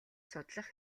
судлах